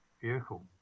vehicle